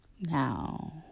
Now